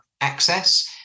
access